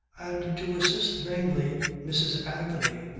and to assist mainly mrs. anthony,